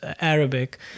Arabic